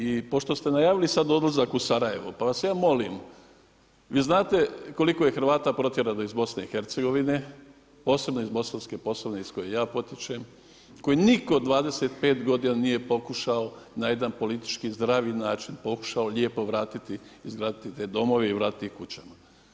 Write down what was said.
I pošto ste najavili sada odlazak u Sarajevo, pa vas ja molim, vi znate, koliko je Hrvata protjerano iz BIH, osobito iz Bosanske Posavine, iz koje ja potječe, koje nitko u 25 godina, nije pokušao, na jedan politički, zdravi način pokušao, lijepo vratiti, izgraditi te domove i vratiti kućama.